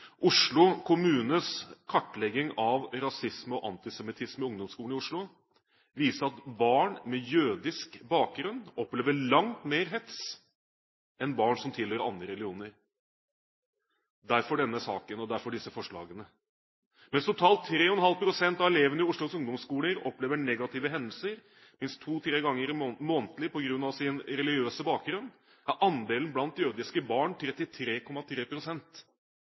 Oslo kommunes kartlegging av rasisme og antisemittisme i ungdomsskolen i Oslo viser at barn med jødisk bakgrunn opplever langt mer hets enn barn som tilhører andre religioner – derfor denne saken, og derfor disse forslagene. Mens totalt 3,5 pst. av elevene i Oslos ungdomsskoler opplever negative hendelser minst to–tre ganger månedlig på grunn av sin religiøse bakgrunn, er andelen blant jødiske barn